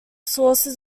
sources